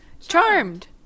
charmed